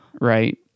right